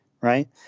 right